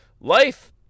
life